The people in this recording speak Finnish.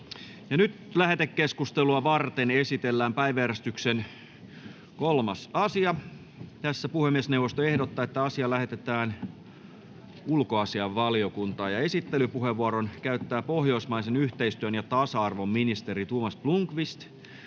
Lähetekeskustelua varten esitellään päiväjärjestyksen 3. asia. Puhemiesneuvosto ehdottaa, että asia lähetetään ulkoasiainvaliokuntaan. Esittelypuheenvuoron käyttää pohjoismaisen yhteistyön ja tasa-arvon ministeri Thomas Blomqvist,